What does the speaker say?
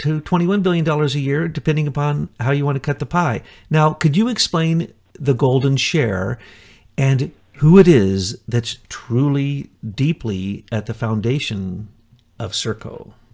to twenty one billion dollars a year depending upon how you want to cut the pie now could you explain the golden share and who it is that's truly deeply at the foundation of